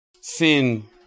Sin